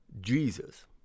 Jesus